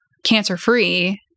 cancer-free